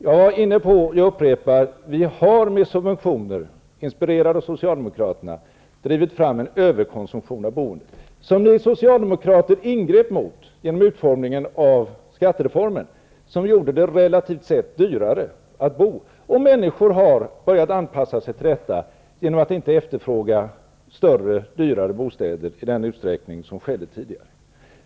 Jag upprepar att vi har med subventioner, inspirerade av socialdemokraterna, drivit fram en överkonsumtion av boende som ni socialdemokrater ingrep mot genom utformningen av skattereformen. Den gjorde det relativt sett dyrare att bo, och människor har börjat anpassa sig till detta genom att inte efterfråga större, dyrare bostäder i den utsträckning som skedde tidigare.